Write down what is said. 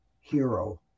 hero